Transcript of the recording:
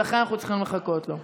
ולכן אנחנו צריכים לחכות לו.